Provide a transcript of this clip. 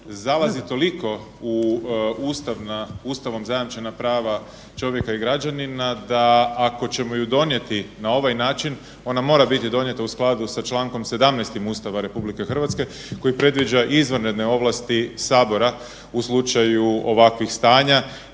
zalazi toliko u ustavom zajamčena prava čovjeka i građanina da ako ćemo ju donijeti na ovaj način, a ako ćemo ju donijeti na ovaj način ona mora biti donijeta u skladu sa čl. 17. Ustava RH koji predviđa izvanredne ovlasti Sabora u slučaju ovakvih stanja,